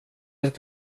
ett